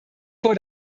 vor